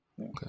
Okay